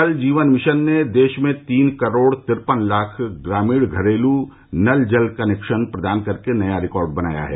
जल जीवन मिशन ने देश में तीन करोड़ तिरपन लाख ग्रामीण घरेलू नल जल कनेक्शन प्रदान करके नया रिकार्ड बनाया है